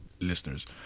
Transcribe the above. listeners